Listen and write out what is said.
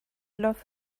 love